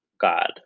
God